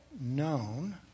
known